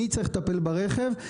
מי צריך לטפל ברכב.